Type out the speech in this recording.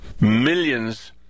Millions